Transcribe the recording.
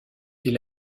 est